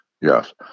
Yes